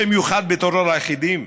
במיוחד בטרור היחידים?